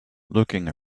looking